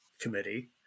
Committee